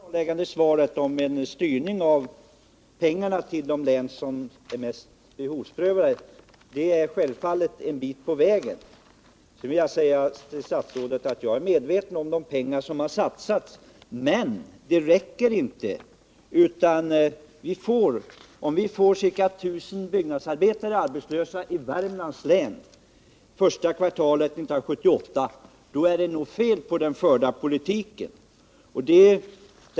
Herr talman! I det senaste klarläggande svaret talades om en styrning av pengarna till de län som har störst behov. Det är självfallet en bit på vägen. Sedan vill jag säga till statsrådet att jag är medveten om vilka belopp som har satsats, men det räcker inte. Om vi får cirka 1 000 byggnadsarbetare arbetslösa i Värmlands län under första kvartalet 1977, är det något fel på den förda politiken.